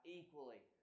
equally